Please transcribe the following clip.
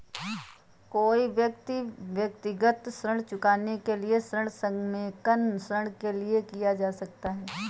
कोई व्यक्ति व्यक्तिगत ऋण चुकाने के लिए ऋण समेकन ऋण के लिए जा सकता है